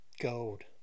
gold